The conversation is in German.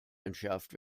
entschärft